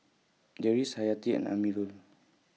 Deris Hayati and Amirul